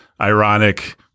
ironic